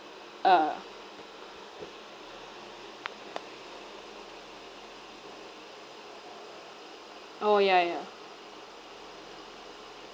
ah orh ya ya